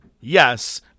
yes